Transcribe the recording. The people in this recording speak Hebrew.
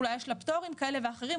אולי יש לה פטורים כאלה ואחרים,